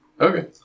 Okay